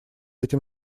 этим